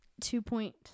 Two-point